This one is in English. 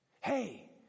Hey